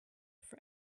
for